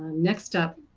next up,